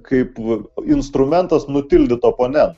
kaip instrumentas nutildyt oponentą